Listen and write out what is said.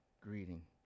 greeting